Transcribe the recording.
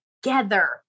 together